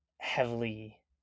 heavily